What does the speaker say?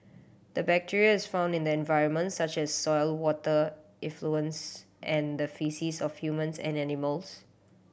the bacteria is found in the environment such as soil water effluents and the faeces of humans and animals